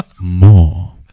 More